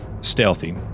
stealthy